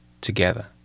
Together